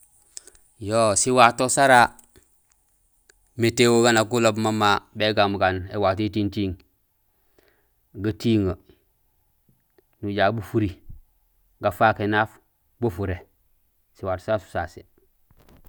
siwato sara météo gaan nak guloob mama bégaan bugaan éwato éting tiiŋ: gatiŋee, nujaal bu furi, gafaak énaaf, bo furé; siwato sasu so sasé.